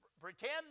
pretend